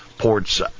Ports